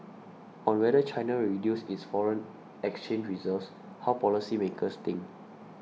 on whether China will reduce its foreign exchange reserves how policymakers think